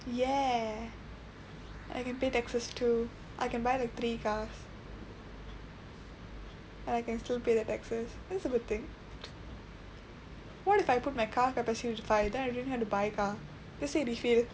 ya I pay taxes too I can buy like three cars and I can still pay the taxes it's a good thing what if I put my car capacity as huge right then I don't have to buy car just say refill